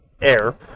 air